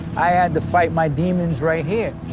i had to fight my demons right here.